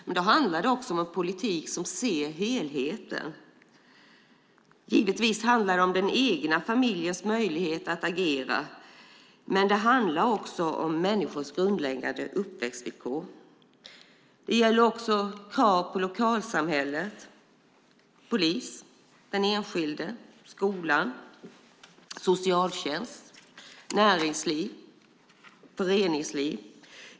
Men då handlar det om en politik som ser helheten. Givetvis handlar det om den egna familjens möjlighet att agera, men det handlar också om människors grundläggande uppväxtvillkor. Det gäller också krav på lokalsamhället, polis, den enskilde, skolan, socialtjänst, näringsliv, föreningsliv.